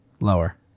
lower